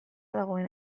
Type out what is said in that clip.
dagoen